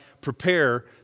prepare